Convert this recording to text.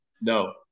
No